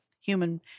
human